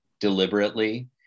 deliberately